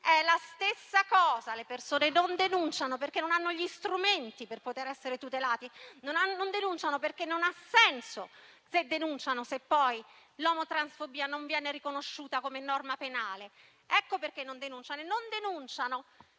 È la stessa cosa. Le persone non denunciano perché non hanno gli strumenti per poter essere tutelate; non denunciano perché non ha senso denunciare, se poi l'omotransfobia non viene riconosciuta a livello penale. Non denunciano poi perché,